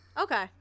Okay